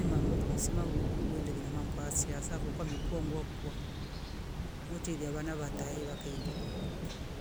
Ema mndu msima wowo wendage nampa siasa vo kwamekua nguakwa wetelia vana vate wakaendelea